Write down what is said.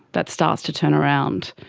that starts to turn around.